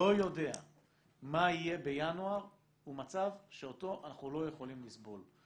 לא יודע מה יהיה בינואר הוא מצב שאותו אנחנו לא יכולים לסבול.